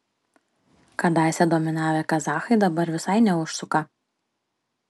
kadaise dominavę kazachai dabar visai neužsuka